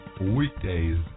Weekdays